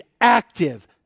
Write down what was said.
active